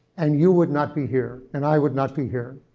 and you would not be here and i would not be here.